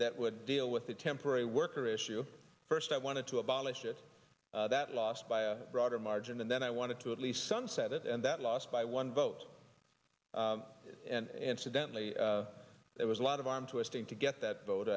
that would deal with the temporary worker issue first i wanted to abolish it that lost by a broader margin and then i wanted to at least sunset it and that lost by one vote and incidentally there was a lot of arm twisting to get that